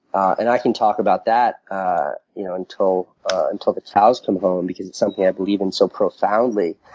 and i can talk about that ah you know until until the cows come home because it's something i believe in so profoundly.